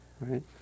right